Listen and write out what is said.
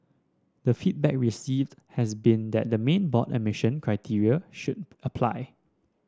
the feedback received has been that the main board admission criteria should apply